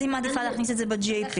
היא מעדיפה להכניס את זה ב-GAP.